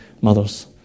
mothers